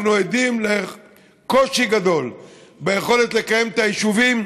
אנחנו עדים לקושי גדול ביכולת לקיים את היישובים,